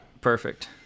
perfect